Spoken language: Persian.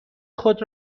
خود